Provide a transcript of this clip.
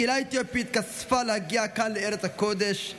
הקהילה האתיופית כספה להגיע לכאן, לארץ הקודש,